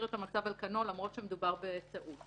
את המצב על כנו למרות שמדובר בטעות.